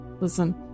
listen